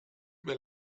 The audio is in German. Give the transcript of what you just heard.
mir